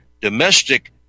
domestic